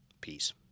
Peace